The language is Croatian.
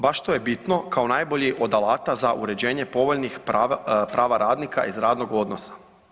Baš to je bitno kao najbolje od alata za uređenje povoljnih prava radnika iz radnog odnosa.